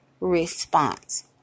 response